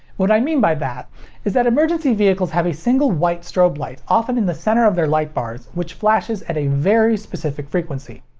what i mean by that is that emergency vehicles have a single white strobe light, often in the center of their light bars, which flashes at a very specific frequency.